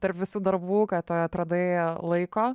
tarp visų darbų kad atradai laiko